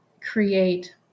create